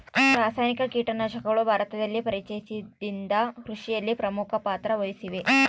ರಾಸಾಯನಿಕ ಕೇಟನಾಶಕಗಳು ಭಾರತದಲ್ಲಿ ಪರಿಚಯಿಸಿದಾಗಿನಿಂದ ಕೃಷಿಯಲ್ಲಿ ಪ್ರಮುಖ ಪಾತ್ರ ವಹಿಸಿವೆ